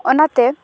ᱚᱱᱟᱛᱮ